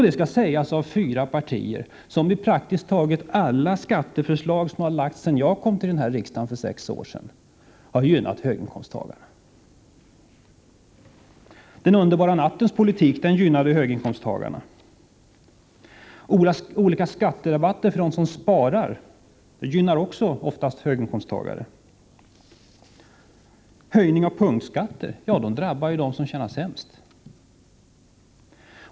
Det skall sägas av fyra partier som i praktiskt taget alla skatteförslag som framlagts sedan jag kom till riksdagen för sex år sedan har gynnat höginkomsttagarna! Den underbara nattens politik gynnade höginkomsttagarna. Olika skatte rabatter för dem som sparar gynnar oftast också höginkomsttagare. Höjning av punktskatter drabbar dem som tjänar sämst.